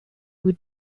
would